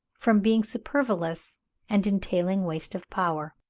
from being superfluous and entailing waste of power.